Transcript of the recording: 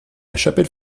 chapelle